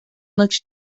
looked